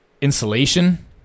insulation